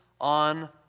on